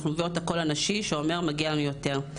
אנחנו מבאות את הקול הנשי שאומר מגיע לנו יותר.